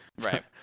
right